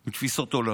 עם תפיסות עולם.